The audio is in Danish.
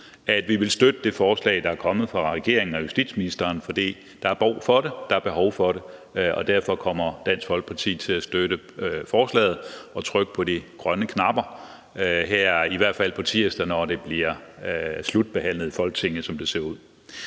absolut vil støtte det forslag, der er kommet fra regeringen og justitsministeren, for der er brug for det, der er behov for det, og derfor kommer Dansk Folkeparti til at støtte forslaget og trykke på de grønne knapper, i hvert fald på tirsdag, når det, som det ser ud nu, bliver slutbehandlet i Folketinget. Vi havde så